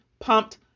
pumped